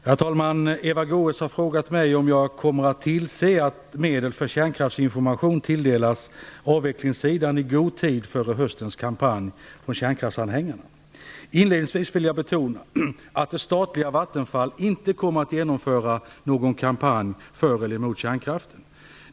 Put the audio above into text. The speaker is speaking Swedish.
Herr talman! Eva Goës har frågat mig om jag kommer att tillse att medel för kärnkraftsinformation tilldelas avvecklingssidan i god tid före höstens kampanj från kärnkraftsanhängarna. Inledningsvis vill jag betona att det statliga Vattenfall inte kommer att genomföra någon kampanj för eller emot kärnkraften.